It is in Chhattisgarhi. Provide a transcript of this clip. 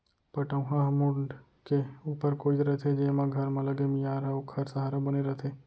पटउहां ह मुंड़ के ऊपर कोइत रथे जेमा घर म लगे मियार ह ओखर सहारा बने रथे